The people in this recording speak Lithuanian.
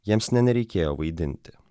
jiems ne nereikėjo vaidinti